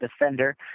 defender